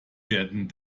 werden